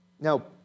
Now